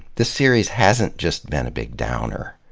this series hasn't just been a big downer,